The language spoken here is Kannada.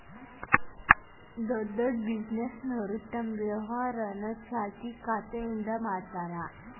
ದೊಡ್ಡ್ ದೊಡ್ಡ್ ಬಿಸಿನೆಸ್ನೋರು ತಮ್ ವ್ಯವಹಾರನ ಚಾಲ್ತಿ ಖಾತೆಯಿಂದ ಮಾಡ್ತಾರಾ